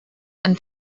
and